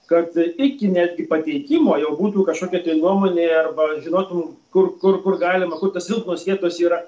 kad iki netgi pateikimo jau būtų kažkokia nuomonė arba žinotum kur kur galima kur tos silpnos vietos yra